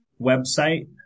website